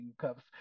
cups